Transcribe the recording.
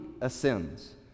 ascends